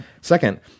Second